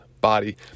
body